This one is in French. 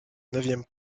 neuvième